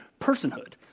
personhood